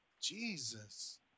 Jesus